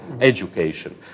education